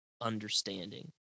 understanding